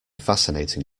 fascinating